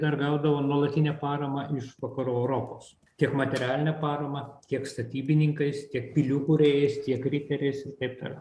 dar gaudavo nuolatinę paramą iš vakarų europos tiek materialine parama tiek statybininkais tiek pilių kūrėjais tiek riteriais ir taip toliau